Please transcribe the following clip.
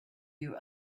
you